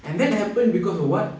and that happened because of what